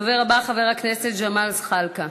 הדובר הבא, חבר הכנסת ג'מאל זחאלקה.